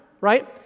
right